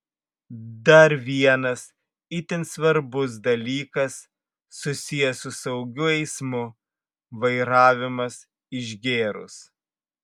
dar vienas itin svarbus dalykas susijęs su saugiu eismu vairavimas išgėrus